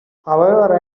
however